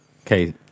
Okay